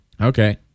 Okay